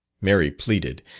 mary pleaded,